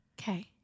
okay